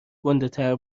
گندهتر